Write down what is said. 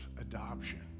adoption